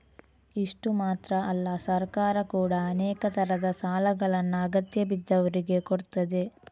ಇಷ್ಟು ಮಾತ್ರ ಅಲ್ಲ ಸರ್ಕಾರ ಕೂಡಾ ಅನೇಕ ತರದ ಸಾಲಗಳನ್ನ ಅಗತ್ಯ ಬಿದ್ದವ್ರಿಗೆ ಕೊಡ್ತದೆ